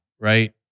Right